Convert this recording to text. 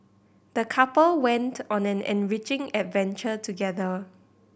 the couple went on an enriching adventure together